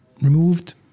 removed